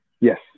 Yes